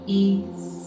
ease